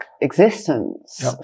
existence